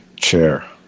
chair